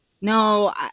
no